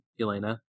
Elena